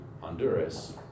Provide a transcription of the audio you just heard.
Honduras